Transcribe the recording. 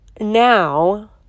Now